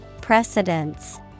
Precedence